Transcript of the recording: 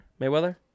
Mayweather